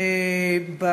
נערכו,